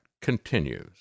continues